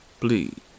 Please